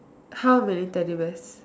how many Teddy bears